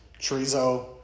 chorizo